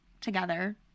together